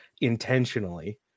intentionally